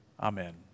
Amen